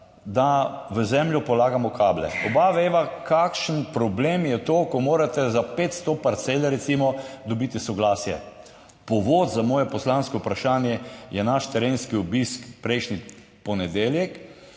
da v zemljo polagamo kable. Oba veva, kakšen problem je to, ko morate recimo dobiti soglasje za 500 parcel. Povod za moje poslansko vprašanje je naš terenski obisk prejšnji ponedeljek